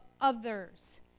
others